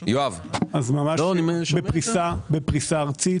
זה בפריסה ארצית.